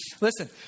listen